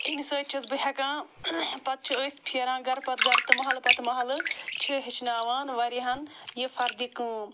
اَمہِ سۭتۍ چھَس بہٕ ہٮ۪کان پَتہٕ چھِ أسۍ پھیران گَرٕ پَتہٕ گَرٕ تہٕ مَحلہٕ پَتہٕ مَحلہٕ چھِ ہیٚچھناوان واریاہَن یہِ فَردِ کٲم